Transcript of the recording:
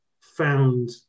found